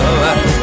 love